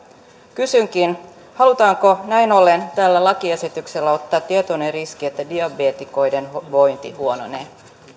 kysynkin halutaanko näin ollen tällä lakiesityksellä ottaa tietoinen riski että diabeetikoiden vointi huononee